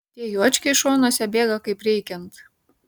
tie juočkiai šonuose bėga kaip reikiant